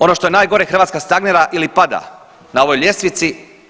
Ono što je najgore, Hrvatska stagnira ili pada na ovoj ljestvici.